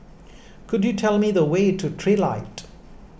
could you tell me the way to Trilight